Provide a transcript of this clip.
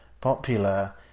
popular